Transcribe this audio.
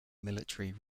military